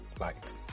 light